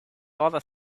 other